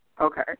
Okay